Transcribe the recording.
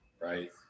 right